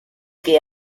que